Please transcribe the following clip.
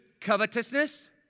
covetousness